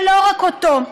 ולא רק אותו,